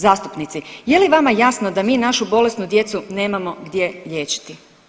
Zastupnici je li vama jasno da mi našu bolesnu djecu nemamo gdje liječiti?